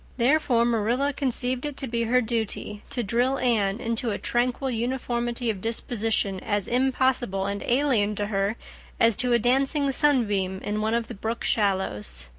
therefore marilla conceived it to be her duty to drill anne into a tranquil uniformity of disposition as impossible and alien to her as to a dancing sunbeam in one of the brook shallows.